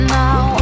now